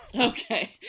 Okay